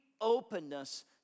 openness